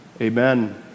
Amen